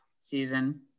season